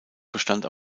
bestand